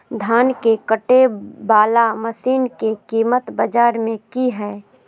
धान के कटे बाला मसीन के कीमत बाजार में की हाय?